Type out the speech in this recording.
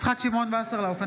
יצחק שמעון וסרלאוף,